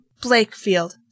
Blakefield